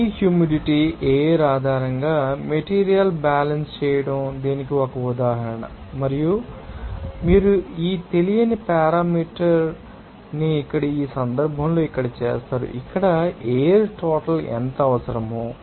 కాబట్టి ఈ humidity air ఆధారంగా మెటీరియల్ బ్యాలెన్స్ చేయడం దీనికి ఒక ఉదాహరణ మరియు మీరు ఈ తెలియని పారామీటర్ ని ఇక్కడ ఈ సందర్భంలో ఇక్కడ చేస్తారు ఇక్కడ ఎయిర్ టోటల్ ఎంత అవసరమో